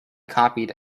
copied